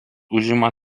užima